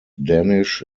danish